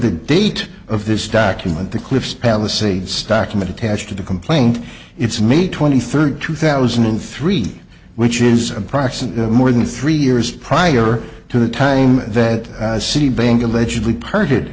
the date of this document the cliff palisade stockmen attached to the complaint it's may twenty third two thousand and three which is approximately more than three years prior to the time that citibank allegedly parted